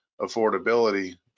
affordability